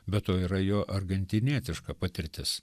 be to yra jo argentinietiška patirtis